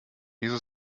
wieso